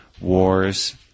wars